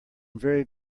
very